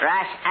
Rash